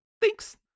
Thanks